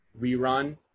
rerun